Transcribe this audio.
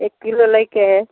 एक किलो लैके अइ